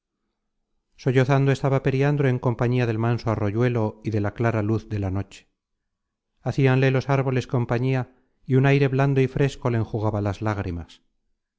punto sollozando estaba periandro en compañía del manso arroyuelo y de la clara luz de la noche hacíanle los árboles compañía y un aire blando y fresco le enjugaba las lágrimas